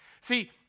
See